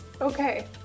okay